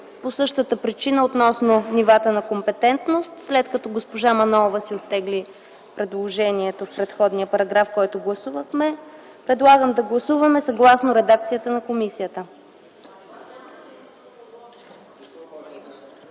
по същата причина – относно нивата на компетентност. След като госпожа Манолова си оттегли предложението по предходния параграф, който гласувахме, предлагам да гласуваме съгласно редакцията на комисията.